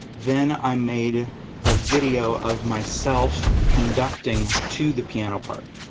then i made a video of myself conducting to the piano part.